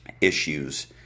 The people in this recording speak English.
issues